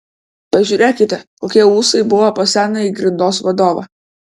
pažiūrėkite kokie ūsai buvo pas senąjį grindos vadovą